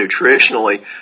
nutritionally